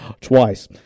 twice